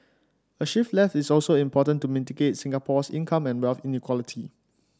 a shift left is also important to mitigate Singapore's income and wealth inequality